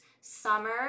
summer